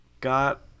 got